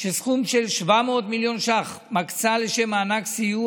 שסכום של 700 מיליון ש"ח יוקצה לשם מענק סיוע